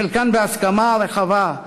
חלקן בהסכמה רחבה,